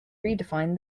redefined